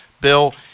Bill